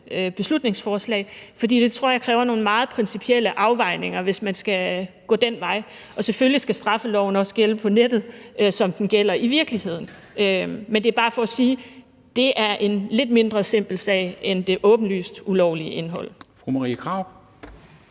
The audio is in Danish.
beslutningsforslag, fordi jeg tror, at det kræver nogle meget principielle afvejninger, hvis man skal gå den vej. Selvfølgelig skal straffeloven også gælde på nettet, som den gælder i virkeligheden, men det er bare for at sige, at det er en lidt mindre simpel sag end det åbenlyst ulovlige indhold.